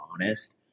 honest